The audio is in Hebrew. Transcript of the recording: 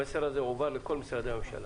המסר הזה הועבר לכל משרדי הממשלה.